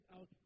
out